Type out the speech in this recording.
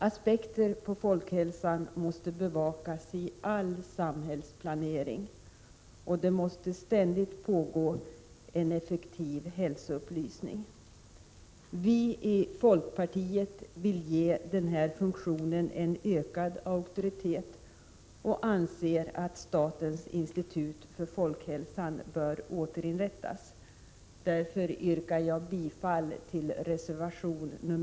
Aspekter på folkhälsan måste bevakas i all samhällsplanering, och det måste ständigt pågå en effektiv hälsoupplysning. Vi i folkpartiet vill ge den här funktionen en ökad auktoritet och anser att statens institut för folkhälsan bör återinrättas. Därför yrkar jag bifall till reservation 3.